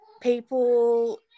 people